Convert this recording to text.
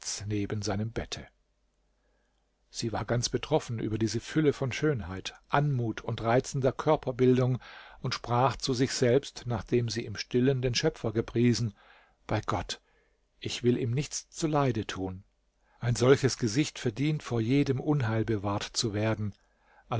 neben seinem bette sie war ganz betroffen über diese fülle von schönheit anmut und reizender körperbildung und sprach zu sich selber nachdem sie im stillen den schöpfer gepriesen bei gott ich will ihm nichts zuleide tun ein solches gesicht verdient vor jedem unheil bewahrt zu werden